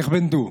איך בין דא.